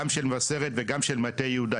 לא רק שלנו גם של מבשרת וגם של מטה יהודה,